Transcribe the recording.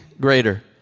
greater